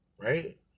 right